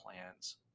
plans